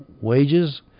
wages